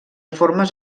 formes